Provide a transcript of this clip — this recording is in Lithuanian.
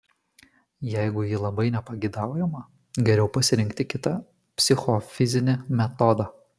jeigu ji labai nepageidaujama geriau pasirinkti kitą psichofizinį metodą